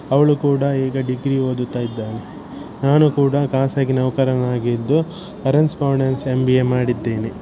ಅವಳು ಕೂಡ ಈಗ ಡಿಗ್ರಿ ಓದುತ್ತಾ ಇದ್ದಾಳೆ ನಾನು ಕೂಡ ಖಾಸಗಿ ನೌಕರನಾಗಿದ್ದು ಕರೆನ್ಸ್ಪಾಂಡೆನ್ಸ್ ಎಮ್ ಬಿ ಎ ಮಾಡಿದ್ದೇನೆ